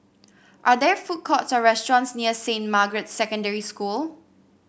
are there food courts or restaurants near Saint Margaret's Secondary School